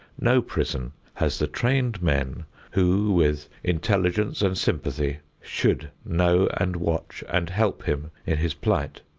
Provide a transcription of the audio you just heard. no prison has the trained men who, with intelligence and sympathy, should know and watch and help him in his plight.